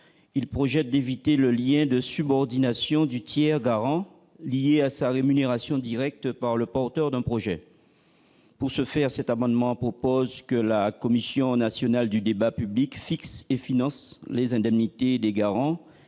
il projette d'éviter le lien de subordination du tiers garant liée à sa rémunération directe par le porteur d'un projet pour ce faire, cet amendement propose que la commission nationale du débat public fixe et finance les indemnités des garants